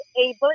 able